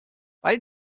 weil